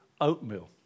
oatmeal